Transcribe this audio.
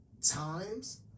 times